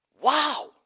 Wow